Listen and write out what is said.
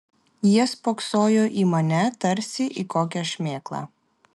jie spoksojo į mane tarsi į kokią šmėklą